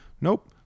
Nope